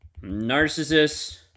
narcissist